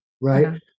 Right